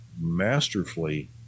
masterfully